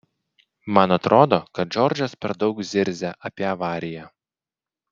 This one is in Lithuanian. man atrodo kad džordžas per daug zirzia apie avariją